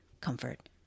comfort